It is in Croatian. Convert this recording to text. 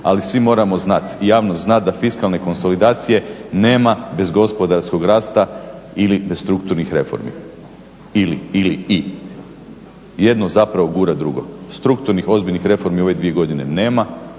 ali mi moramo znati i javnost zna da fiskalne konsolidacije nema bez gospodarskog rasta ili bez strukturnih reformi, ili, ili, i. Jedno zapravo gura drugo. Strukturnih ozbiljnih reformi u ove dvije godine nema